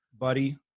Buddy